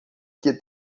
que